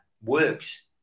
works